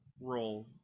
roll